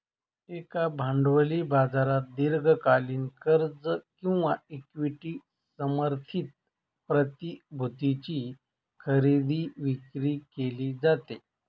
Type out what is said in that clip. एका भांडवली बाजारात दीर्घकालीन कर्ज किंवा इक्विटी समर्थित प्रतिभूतींची खरेदी विक्री केली जाते